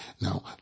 Now